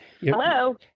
Hello